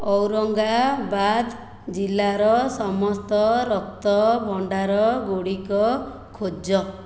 ଔରଙ୍ଗାବାଦ ଜିଲ୍ଲାର ସମସ୍ତ ରକ୍ତଭଣ୍ଡାର ଗୁଡ଼ିକ ଖୋଜ